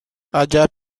عجب